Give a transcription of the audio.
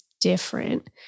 different